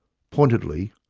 pointedly,